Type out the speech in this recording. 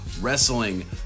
wrestling